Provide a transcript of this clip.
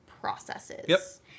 processes